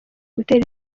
gutera